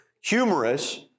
humorous